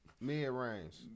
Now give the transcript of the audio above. Mid-range